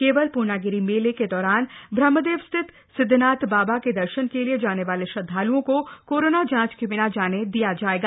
क्वसल पूर्णागिरि मक्षः का दौरान ब्रहमदक्ष स्थित सिदधनाथ बाबा का दर्शन का लिए जान वाल श्रदधालुओं को कोरोना जांच का बिना जान दिया जाएगा